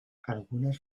algunas